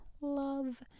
Love